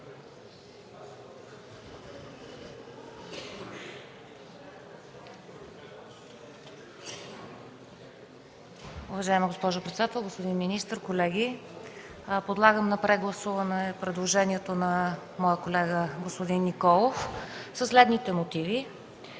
Уважаема госпожо председател, господин министър, колеги! Предлагам прегласуване на предложението на моя колега господин Николов със следните мотиви.